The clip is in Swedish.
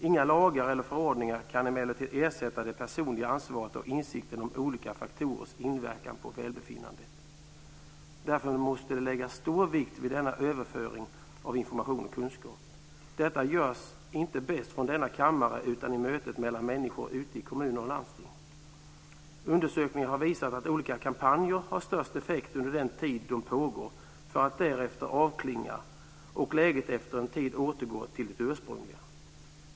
Inga lagar eller förordningar kan emellertid ersätta det personliga ansvaret och insikten om olika faktorers inverkan på välbefinnandet. Därför måste det läggas stor vikt vid denna överföring av information och kunskap. Detta görs inte bäst från denna kammare utan i mötet mellan människor ute i kommuner och landsting. Undersökningar har visat att olika kampanjer har störst effekt under den tid de pågår för att därefter avklinga, och läget återgår efter en tid till det ursprungliga.